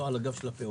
לא על הגב של הפעוטות.